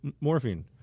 morphine